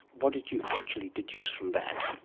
what did you actually deduce from that?